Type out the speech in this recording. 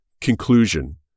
Conclusion